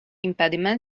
impediment